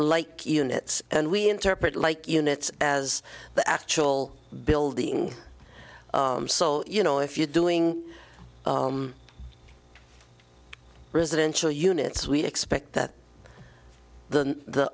like units and we interpret like units as the actual building so you know if you're doing residential units we expect that the